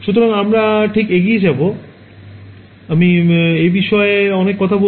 সুতরাং আমরা ঠিক এগিয়ে যাব তাই আমি এ বিষয়ে অনেক কথা বলব